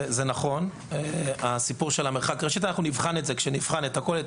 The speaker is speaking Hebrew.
זה נכון, נבחן את זה כשנבחן את הכול.